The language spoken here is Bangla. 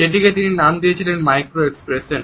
যেটিকে তিনি নাম দিয়েছেন মাইক্রো এক্সপ্রেশন